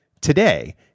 Today